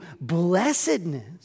blessedness